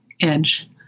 edge